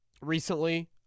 recently